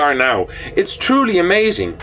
are now it's truly amazing